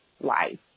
life